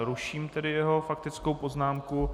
Ruším tedy jeho faktickou poznámku.